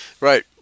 Right